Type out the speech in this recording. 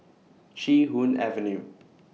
Chee Hoon Avenue